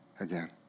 again